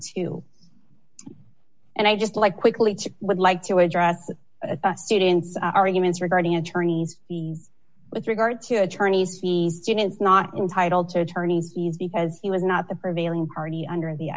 two and i just like quickly would like to address that students are humans regarding attorneys fees with regard to attorneys fees students not entitled to attorneys fees because he was not the prevailing party under the